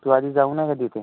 तू आधी जाऊन आहे का तिथे